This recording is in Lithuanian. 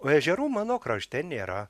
o ežerų mano krašte nėra